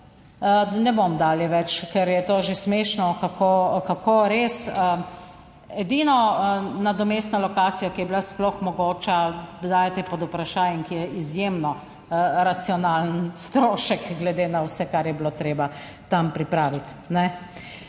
Ne bom dalje več, ker je to že smešno, kako res. Edino nadomestno lokacijo, ki je bila sploh mogoča dajati pod vprašajem, ki je izjemno racionalen strošek glede na vse, kar je bilo treba tam pripraviti,